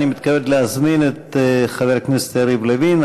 אני מתכבד להזמין את חבר הכנסת יריב לוין,